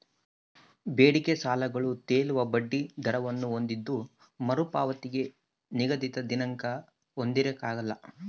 ಬೇಡಿಕೆ ಸಾಲಗಳು ತೇಲುವ ಬಡ್ಡಿ ದರವನ್ನು ಹೊಂದಿದ್ದು ಮರುಪಾವತಿಗೆ ನಿಗದಿತ ದಿನಾಂಕ ಹೊಂದಿರಕಲ್ಲ